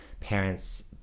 parents